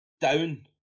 down